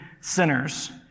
sinners